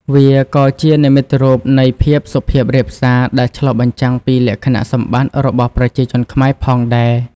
វាក៏ជា និមិត្តរូបនៃភាពសុភាពរាបសារ ដែលឆ្លុះបញ្ចាំងពីលក្ខណៈសម្បត្តិរបស់ប្រជាជនខ្មែរផងដែរ។